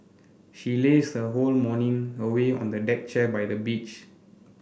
she lazed her whole morning away on a deck chair by the beach